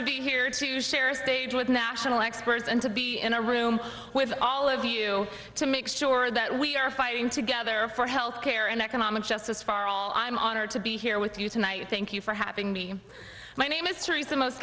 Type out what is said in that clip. to be here to share a stage with national experts and to be in a room with all of you to make sure that we are fighting together for health care and economic justice for all i'm honored to be here with you tonight thank you for having me my name is teresa most